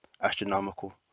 astronomical